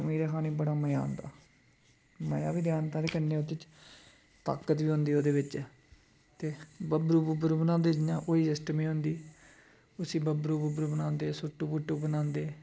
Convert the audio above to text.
खमीरे खाने दा बड़ा मज़ा आंदा मज़ा बी ते आंदा कन्नै ओह्दे च ताकत बी होंदी ओह्दे बिच्च ते बब्बरू बब्बरू बनांदे जियां कोई अष्टमी होंदी उसी बब्बरू बब्बरू बनांदे शूटू बूटु बनांदे